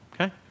okay